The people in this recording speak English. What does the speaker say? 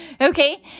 Okay